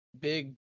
big